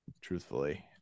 Truthfully